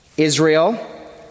Israel